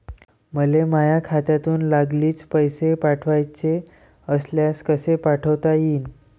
मले माह्या खात्यातून लागलीच पैसे पाठवाचे असल्यास कसे पाठोता यीन?